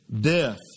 death